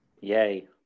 Yay